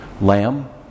Lamb